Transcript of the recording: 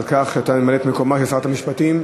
על שאתה ממלא את מקומה של שרת המשפטים.